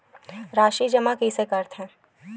राशि जमा कइसे करथे?